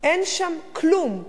אין שם כלום,